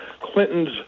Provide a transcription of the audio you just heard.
Clinton's